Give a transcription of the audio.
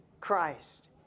Christ